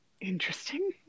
Interesting